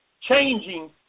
changing